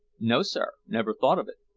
no, sir never thought of it.